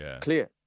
clear